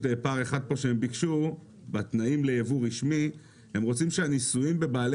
פער אחד שהם ביקשו בתנאים ליבוא רשמי הם רוצים שהניסויים בבעלי